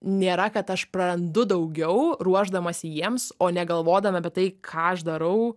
nėra kad aš prarandu daugiau ruošdamasi jiems o ne galvodama apie tai ką aš darau